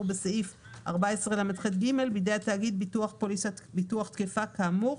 בסעיף 14לח(ג) בידי התאגיד גם פוליסת ביטוח תקפה כאמור,